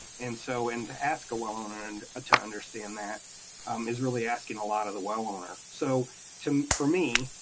and so and to ask a well owner and ah to understand that um is really asking a lot of the well owner. so for me,